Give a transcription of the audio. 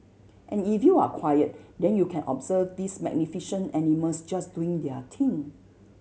and if you're quiet then you can observe these magnificent animals just doing their thing